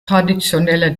traditionelle